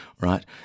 right